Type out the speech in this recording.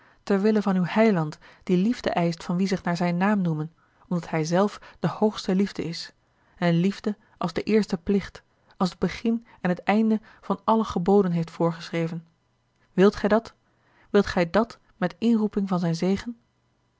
ter wille van uw heiland a l g bosboom-toussaint de delftsche wonderdokter eel die liefde eischt van wie zich naar zijn naam noemen omdat hij zelf de hoogste liefde is en liefde als den eersten plicht als het begin en het einde van alle geboden heeft voorgeschreven wilt gij dat wilt gij dàt met inroeping van zijn zegen